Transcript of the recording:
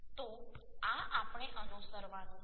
તો આ આપણે અનુસરવાનું છે